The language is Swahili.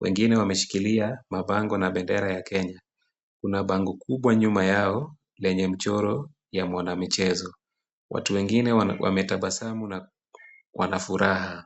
Wengine wameshikilia mabango na bendera ya Kenya. Kuna bango kubwa nyuma yao lenye mchoro ya mwanamichezo. Watu wengine wametabasamu na wana furaha.